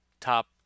top